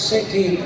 City